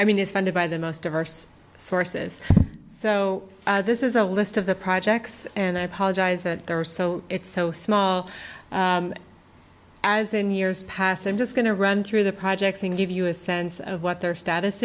i mean is funded by the most diverse sources so this is a list of the projects and i apologize that there are so it's so small as in years past i'm just going to run through the projects and give you a sense of what their status